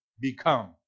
become